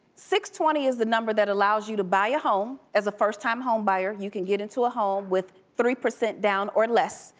twenty is the number that allows you to buy a home as a first time home buyer, you can get into a home with three percent down or less.